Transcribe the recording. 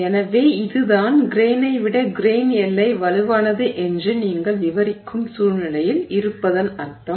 எனவே இதுதான் கிரெய்னை விட கிரெய்ன் எல்லை வலுவானது என்று நீங்கள் விவரிக்கும் சூழ்நிலையில் இருப்பதன் அர்த்தம்